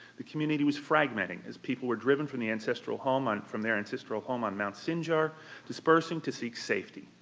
the community was fragmenting as people were driven from the ancestral homeland, from their ancestral home on mount sinjar dispersing to seek safety.